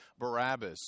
Barabbas